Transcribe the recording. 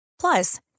Plus